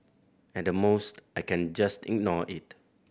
at the most I can just ignore it